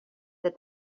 that